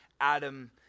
Adam